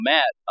Matt